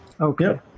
Okay